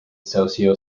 socio